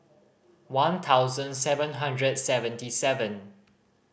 one thousand seven hundred seventy seven